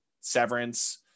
Severance